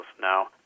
Now